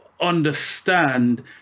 understand